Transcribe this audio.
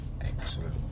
Excellent